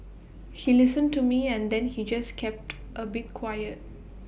he listened to me and then he just kept A bit quiet